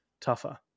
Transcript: tougher